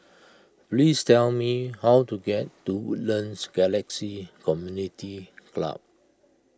please tell me how to get to Woodlands Galaxy Community Club